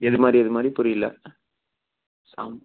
எது மாதிரி எது மாதிரி புரியலை சாம்